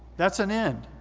that's an end.